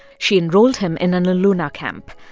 she enrolled him in an eluna camp.